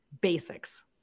basics